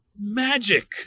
magic